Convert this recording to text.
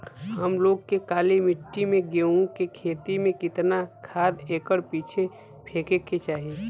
हम लोग के काली मिट्टी में गेहूँ के खेती में कितना खाद एकड़ पीछे फेके के चाही?